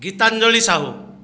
Gitanjali Sahu